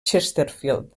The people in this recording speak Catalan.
chesterfield